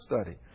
study